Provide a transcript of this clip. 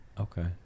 okay